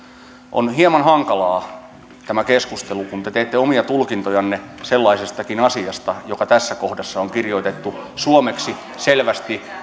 on hieman hankalaa tämä keskustelu kun te teette omia tulkintojanne sellaisestakin asiasta joka tässä kohdassa on kirjoitettu suomeksi selvästi